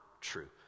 true